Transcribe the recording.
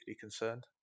concerned